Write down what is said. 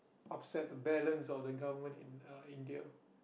upset the balance of the government in uh India